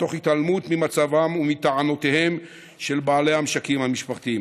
תוך התעלמות ממצבם ומטענותיהם של בעלי המשקים המשפחתיים.